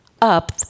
up